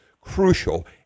crucial